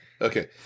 okay